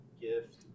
gift